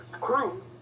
crew